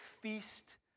feast